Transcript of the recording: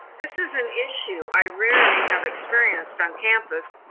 this is an issue i rarely have experienced on campus.